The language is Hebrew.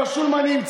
על השולמנים,